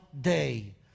day